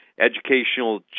educational